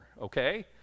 okay